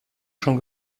schon